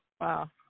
Wow